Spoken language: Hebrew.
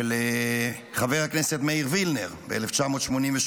של חבר הכנסת מאיר וילנר ב-1988,